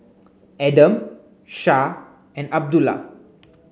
Adam Shah and Abdullah